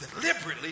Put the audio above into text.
deliberately